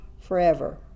forever